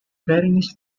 berenice